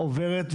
עוברת,